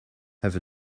have